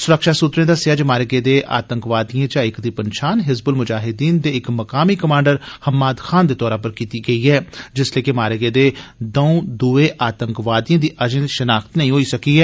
सुरक्षा सुत्रे दस्सेआ जे मारे गेदे आतंकिये इचा इक्क दी पंछान हिजबुल मुजाहिद्दीन दे इक्क मकामी कमांडर हेम्माद खान दे तौरा पर कीती गेई ऐ जिसलै के मारे गेदे दुए आतंकिये दी अर्जे शनाख्त नेईं होई सकी ऐ